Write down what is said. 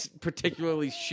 particularly